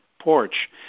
porch